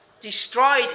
destroyed